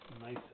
Nice